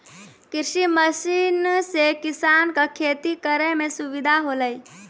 कृषि मसीन सें किसान क खेती करै में सुविधा होलय